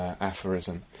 aphorism